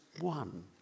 one